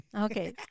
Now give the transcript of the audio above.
Okay